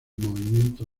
movimiento